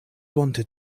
wanted